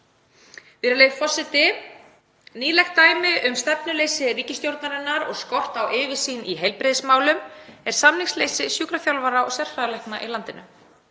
Virðulegur forseti. Nýlegt dæmi um stefnuleysi ríkisstjórnarinnar og skort á yfirsýn í heilbrigðismálum er samningsleysi sjúkraþjálfara og sérfræðilækna í landinu.